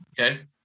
okay